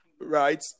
right